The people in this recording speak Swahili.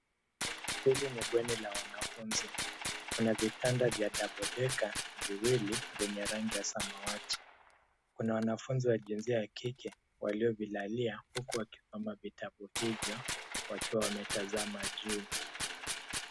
Hili ni bweni la wanafunzi, kuna kitanda la cs[double-decker]cs viwili vyenye rangi ya samawati. Kuna wanafunzi wa jinsia ya kike waliyovilalia huku wakisoma vitabu hivyo wakiwa wametazama juu.